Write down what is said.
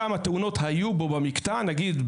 כמה תאונות היו בו במקטע למשל,